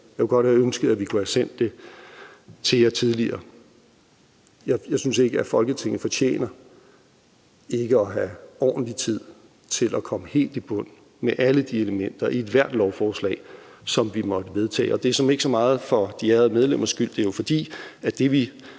Jeg kunne godt have ønsket, at vi kunne have sendt det til jer tidligere. Jeg synes ikke, at Folketinget fortjener ikke at have ordentlig tid til at komme helt i bund med alle elementer i ethvert lovforslag, som vi måtte vedtage. Og det er såmænd ikke så meget for de ærede medlemmers skyld; det er jo, fordi det, vi